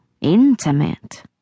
intimate